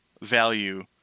value